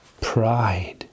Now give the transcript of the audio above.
pride